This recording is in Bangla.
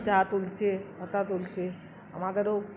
চা তুলছে পাতা তুলছে আমাদেরও